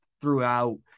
throughout